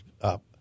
up